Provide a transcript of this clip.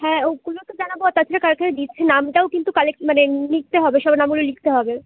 হ্যাঁ ওগুলো তো জানাবো তাছাড়া কালকে লিস্টে নামটাও কিন্তু কালেক্ট মানে লিখতে হবে সবার নামগুলো লিখতে হবে